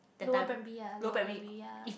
lower primary ah lower primary ya